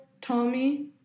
Tommy